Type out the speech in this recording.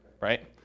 right